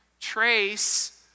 trace